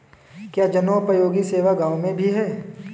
क्या जनोपयोगी सेवा गाँव में भी है?